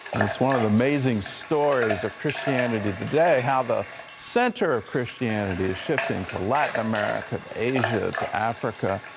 it's one of the amazing stories of christianity today, how the center of christianity is shifting to latin america, to asia, to africa,